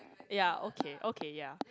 ya okay okay ya